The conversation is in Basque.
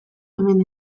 hemen